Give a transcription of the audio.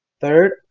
third